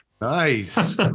Nice